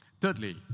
thirdly